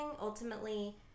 Ultimately